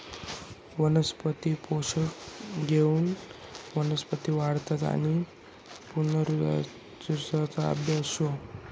वनस्पती पोषन हाऊ वनस्पती वाढना आणि पुनरुत्पादना आभ्यास शे